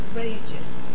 rages